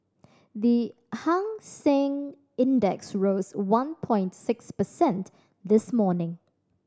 the Hang Seng Index rose one point six percent this morning